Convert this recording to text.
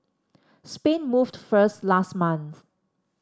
Spain moved first last month